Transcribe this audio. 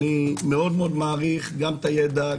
אני מעריך גם את הידע,